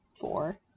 four